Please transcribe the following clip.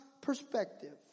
perspective